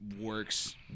works